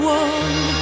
one